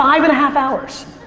i mean half hours.